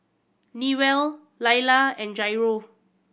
Newell Lailah and Jairo